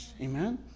Amen